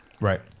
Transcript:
Right